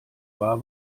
war